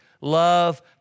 love